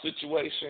situation